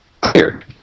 clear